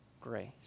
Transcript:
grace